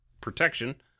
protection